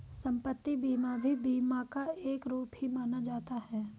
सम्पत्ति बीमा भी बीमा का एक रूप ही माना जाता है